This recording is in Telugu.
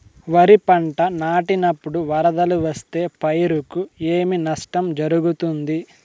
వరిపంట నాటినపుడు వరదలు వస్తే పైరుకు ఏమి నష్టం జరుగుతుంది?